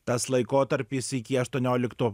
tas laikotarpis iki aštuoniolikto